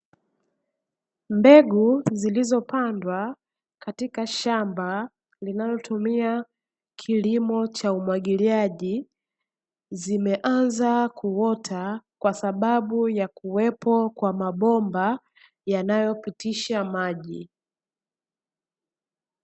Mbegu zilizopandwa katika shamba linalotumia kilimo cha umwagiliaji, zimeanza kuota kwa sababu ya kuwepo kwa mabomba, yanayopitisha maji.